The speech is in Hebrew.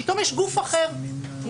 פתאום יש גוף אחר נוסף,